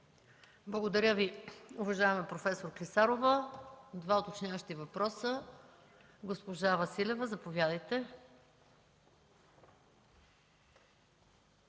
Благодаря Ви, уважаема проф. Клисарова. Два уточняващи въпроса – госпожа Василева. Заповядайте.